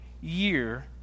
year